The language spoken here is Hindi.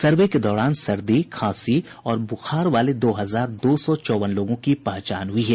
सर्वे के दौरान सर्दी खांसी और बुखार वाले दो हजार दो सौ चौवन लोगों की पहचान हुई है